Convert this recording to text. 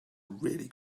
really